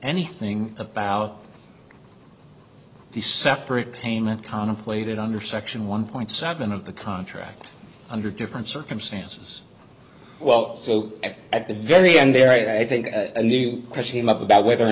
anything about the separate payment contemplated under section one point seven of the contract under different circumstances well so at the very end there i think a new question about whether or